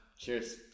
Cheers